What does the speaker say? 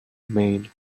maine